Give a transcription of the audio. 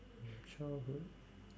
from childhood